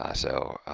ah so,